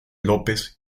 lópez